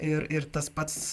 ir ir tas pats